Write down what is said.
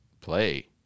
Play